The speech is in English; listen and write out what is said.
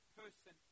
person